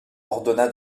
ordonna